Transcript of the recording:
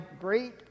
great